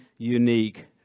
unique